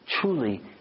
truly